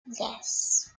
yes